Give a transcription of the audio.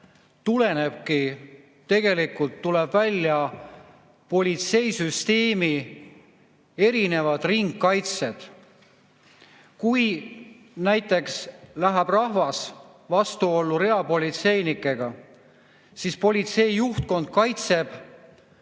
minister, tegelikult tulevadki välja politseisüsteemi erinevad ringkaitsed. Kui näiteks läheb rahvas vastuollu reapolitseinikega, siis politsei juhtkond kaitseb